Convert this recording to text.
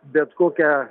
bet kokią